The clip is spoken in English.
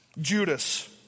Judas